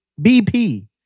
BP